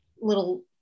little